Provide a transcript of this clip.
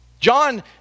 John